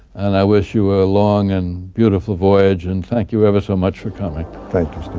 and i wish you a long and beautiful voyage, and thank you ever so much for coming. thank you,